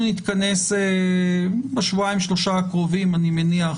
אנחנו נתכנס בשבועיים, שלושה הקרובים, אני מניח,